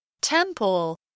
Temple